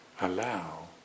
allow